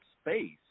space